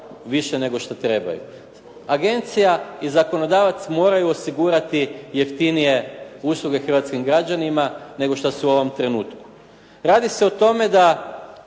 više nego što trebaju. Agencija i zakonodavac moraju osigurati jeftinije usluge hrvatskim građanima nego što su ovom trenutku. Radi se o tome da